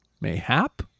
mayhap